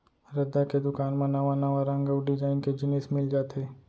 रद्दा के दुकान म नवा नवा रंग अउ डिजाइन के जिनिस मिल जाथे